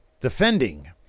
defending